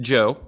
Joe